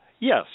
yes